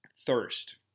thirst